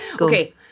Okay